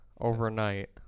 Overnight